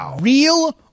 Real